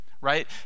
right